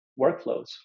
workflows